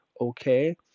okay